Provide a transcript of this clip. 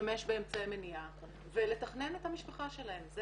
להשתמש באמצעי מניעה ולתכנן את המשפחה שלהם.